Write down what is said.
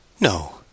No